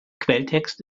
quelltext